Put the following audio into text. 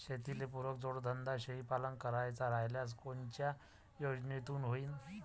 शेतीले पुरक जोडधंदा शेळीपालन करायचा राह्यल्यास कोनच्या योजनेतून होईन?